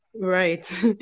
Right